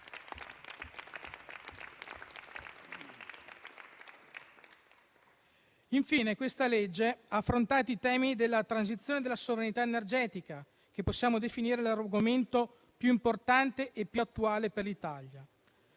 Infine, questo provvedimento ha affrontato i temi della transizione e della sovranità energetica, che possiamo definire l'argomento più importante e attuale per l'Italia.